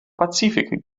pazifik